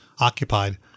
occupied